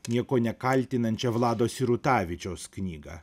nieko nekaltinančia vlado sirutavičiaus knygą